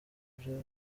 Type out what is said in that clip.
byari